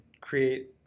create